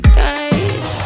guys